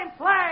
play